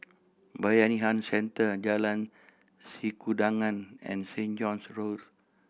Bayanihan Centre Jalan Sikudangan and Saint John's Road